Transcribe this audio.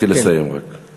תתחיל לסיים, רק.